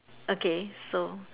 okay so